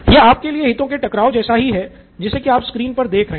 यह आपके लिए हितों के टकराव जैसा ही है जिसे कि आप इस स्क्रीन पर देख रहे हैं